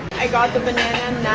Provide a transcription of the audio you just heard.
i got the banana